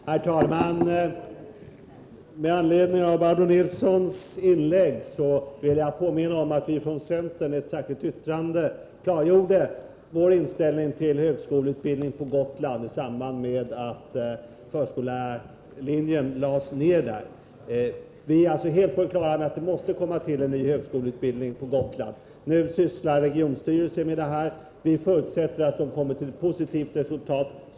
Herr talman! Med anledning av Barbro Nilssons i Visby inlägg vill jag påminna om att vi från centern i ett särskilt yttrande klargjorde vår inställning till högskoleutbildning på Gotland i samband med att förskollärarutbildningen där lades ned. Vi är helt på det klara med att det måste komma till en helt ny högskoleutbildning på Gotland. Nu sysslar regionstyrelsen med det ärendet, och vi förutsätter att den kommer till ett positivt resultat.